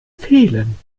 fehlen